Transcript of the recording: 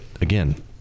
again